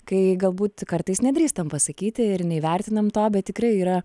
kai galbūt kartais nedrįstam pasakyti ir neįvertinam to bet tikrai yra